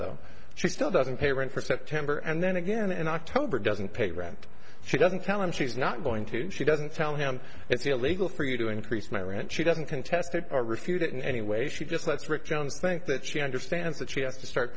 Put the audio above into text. though she still doesn't pay rent for september and then again in october doesn't pay rent she doesn't tell him she's not going to she doesn't tell him it's illegal for you to increase my rent she doesn't contest to refute it in any way she just lets rip jones think that she understands that she has to start